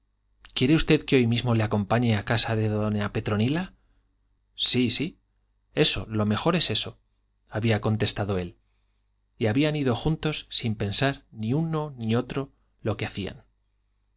quiere usted que hoy mismo le acompañe a casa de doña petronila sí sí eso lo mejor es eso había contestado él y habían ido juntos sin pensar ni uno ni otro lo que hacían